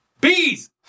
Bees